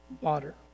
water